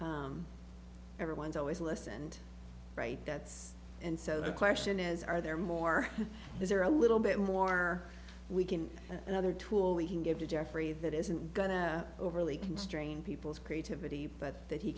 everyone's always listened right that's and so the question is are there more is there a little bit more we can another tool he gave to jeffrey that isn't gonna overly constrain people's creativity but that he